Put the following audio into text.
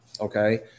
okay